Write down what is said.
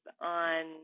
on